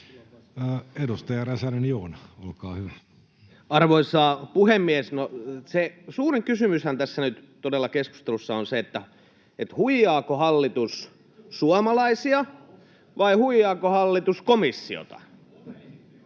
Edustaja Räsänen, Joona, olkaa hyvä. Arvoisa puhemies! No, se suurin kysymyshän tässä keskustelussa nyt todella on se, huijaako hallitus suomalaisia vai huijaako hallitus komissiota.